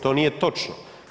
To nije točno.